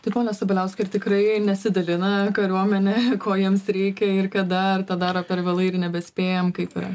tai pone sabaliauskai ar tikrai nesidalina kariuomenė ko jiems reikia ir kada ar tą daro per vėlai ir nebespėjam kaip yra